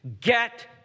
Get